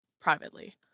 privately